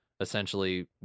essentially